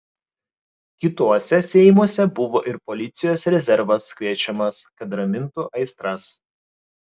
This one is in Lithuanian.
kituose seimuose buvo ir policijos rezervas kviečiamas kad ramintų aistras